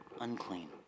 unclean